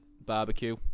barbecue